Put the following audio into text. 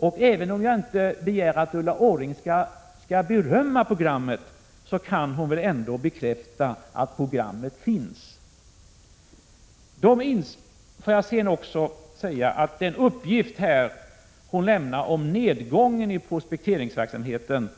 Jag begär inte att Ulla Orring skall berömma programmet, men hon kan väl ändå bekräfta att det finns! Den uppgift som Ulla Orring har lämnat om nedgången i prospekteringsverksamheten